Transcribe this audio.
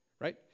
Right